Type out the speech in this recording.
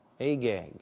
Agag